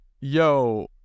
Yo